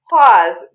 pause